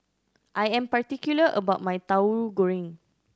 I am particular about my Tauhu Goreng